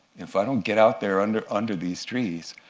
if i don't get out there under under these trees,